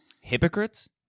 Hypocrites